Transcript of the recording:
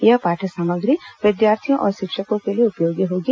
यह पाठ्य सामग्री विद्यार्थियों और शिक्षकों के लिए उपयोग होगी